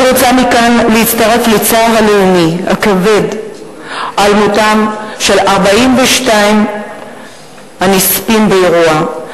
אני רוצה מכאן להצטרף לצער הלאומי הכבד על מותם של 42 הנספים באירוע,